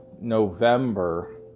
November